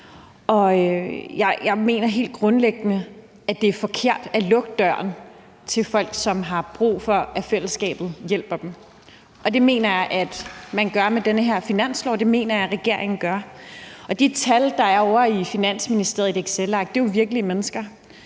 Jeg mener helt grundlæggende, at det er forkert at lukke døren til folk, som har brug for, at fællesskabet hjælper dem. Det mener jeg at man gør med det her forslag til finanslov, og det mener jeg at regeringen gør. De tal, der er ovre i Finansministeriet i et excelark, er jo virkelige mennesker.